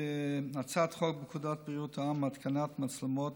הצעת חוק פקודת בריאות העם (התקנת מצלמות